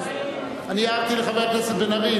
אני הערתי לחבר הכנסת בן-ארי,